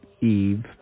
Eve